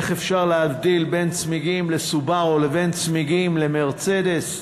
איך אפשר להבדיל בין צמיגים ל"סובארו" לצמיגים ל"מרצדס"?